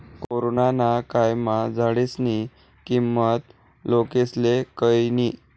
corona ना कायमा झाडेस्नी किंमत लोकेस्ले कयनी